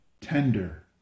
tender